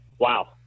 Wow